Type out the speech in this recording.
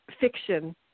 fiction